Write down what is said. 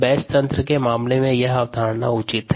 batch तंत्र के मामले में यह अवधारणा उचित है